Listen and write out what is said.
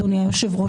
אדוני היושב-ראש?